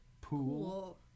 pool